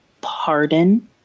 pardon